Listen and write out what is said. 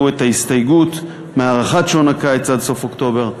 את ההסתייגות מהארכת שעון הקיץ עד סוף אוקטובר.